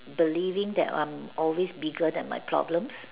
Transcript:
believing that I'm always bigger than my problems